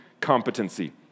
competency